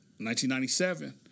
1997